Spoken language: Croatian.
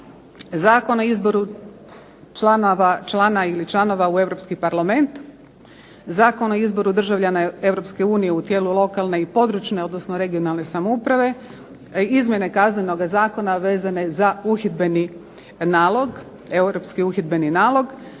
Zakon o izboru članova, člana ili članova u Europski parlament, Zakon o izboru državljana EU u tijelu lokalne i područne, odnosno regionalne samouprave, izmjene Kaznenoga zakona vezane za uhidbeni nalog, europski uhidbeni nalog,